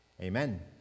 Amen